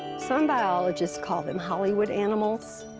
some biologists call them hollywood animals.